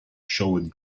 showed